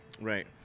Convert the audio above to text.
right